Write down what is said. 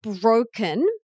broken